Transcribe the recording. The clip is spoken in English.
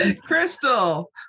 Crystal